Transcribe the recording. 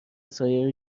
سایر